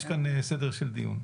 יש כאן סדר של דיון.